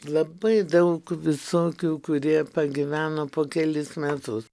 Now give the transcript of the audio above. labai daug visokių kurie pagyveno po kelis metus